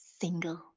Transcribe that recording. single